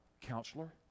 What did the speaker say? counselor